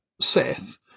seth